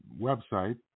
website